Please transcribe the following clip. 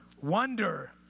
Wonder